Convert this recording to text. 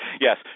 Yes